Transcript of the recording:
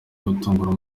gutunganya